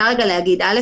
א',